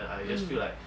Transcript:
mm